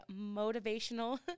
motivational